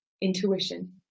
intuition